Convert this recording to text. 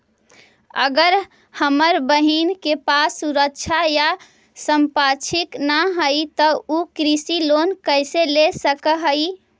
अगर हमर बहिन के पास सुरक्षा या संपार्श्विक ना हई त उ कृषि लोन कईसे ले सक हई?